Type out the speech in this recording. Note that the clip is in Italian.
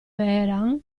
vehrehan